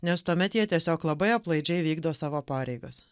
nes tuomet jie tiesiog labai aplaidžiai vykdo savo pareigas